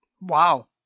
Wow